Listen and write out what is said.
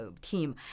team